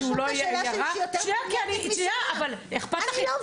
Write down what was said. לשאול את השאלה שלי שהיא יותר --- שנייה,